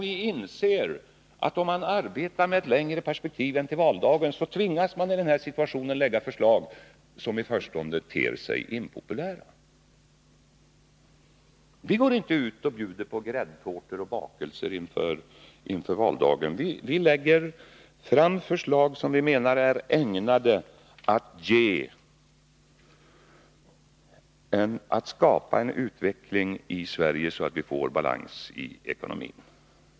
Vi inser att om man arbetar med ett längre perspektiv än till valdagen, så tvingas man i den här situationen lägga fram förslag som i förstone ter sig impopulära. Vi går inte ut och bjuder på gräddtårtor och bakelser inför valdagen. Vi lägger fram förslag som vi menar är ägnade att skapa en sådan utveckling i Sverige att vi får balans i ekonomin.